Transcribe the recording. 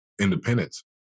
independence